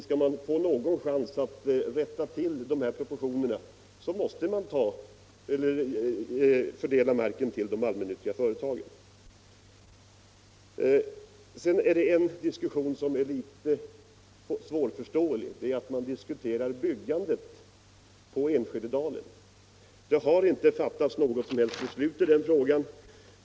Skall man få någon chans att rätta till proportionerna måste man fördela den nu tillgängliga marken till de allmännyttiga företagen. Jag finner det något svårförståeligt att man här diskuterar byggandet i Enskededalen. Det har inte fattats något som helst beslut i den frågan.